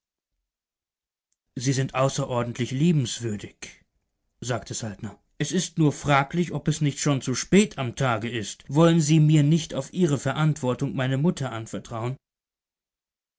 sie sind außerordentlich liebenswürdig sagte saltner es ist nur fraglich ob es nicht schon zu spät am tage ist wollen sie mir nicht auf ihre verantwortung meine mutter anvertrauen